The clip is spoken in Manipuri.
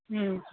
ꯎꯝ